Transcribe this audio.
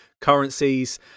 currencies